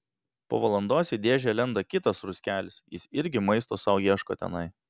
po valandos į dėžę lenda kitas ruskelis jis irgi maisto sau ieško tenai